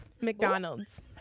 McDonald's